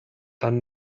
dann